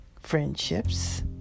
friendships